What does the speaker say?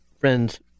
Friends